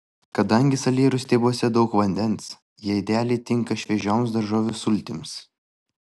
kadangi salierų stiebuose daug vandens jie idealiai tinka šviežioms daržovių sultims